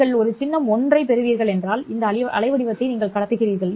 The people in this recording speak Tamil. நீங்கள் ஒரு சின்னம் 1 ஐப் பெறுவீர்கள் இந்த அலைவடிவத்தை நீங்கள் கடத்துகிறீர்கள்